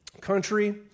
country